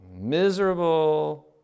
Miserable